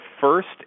first